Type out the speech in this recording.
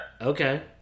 Okay